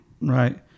right